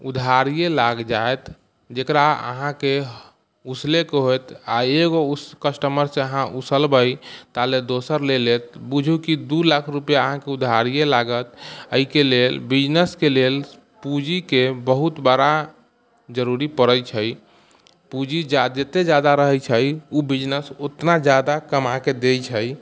उधारिये लागि जायत जेकरा अहाँके उसलैके होयत आओर एगो कस्टमरसँ अहाँ उसलबै ता लेल दोसर ले लेत बूझू की दू लाख रूपैआ अहाँके उधारिये लागत अइके लेल बिजनेसके लेल पूँजीके बहुत बड़ा जरूरी पड़ै छै पूँजी जादे जते जादा रहै छै उ बिजनेस उतना जादा कमाके दै छै